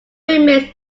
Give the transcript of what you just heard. remains